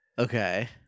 Okay